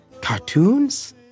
Cartoons